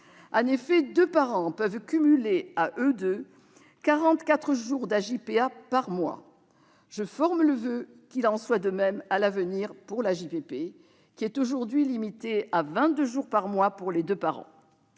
En effet, deux parents peuvent cumuler, à eux deux, 44 jours d'AJPA par mois. Je forme le voeu qu'il en soit de même à l'avenir pour l'AJPP, dont le bénéfice est aujourd'hui limité à 22 jours par mois pour les deux parents.